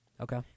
Okay